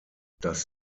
das